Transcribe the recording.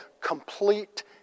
complete